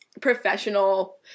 professional